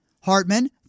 Hartman